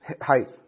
height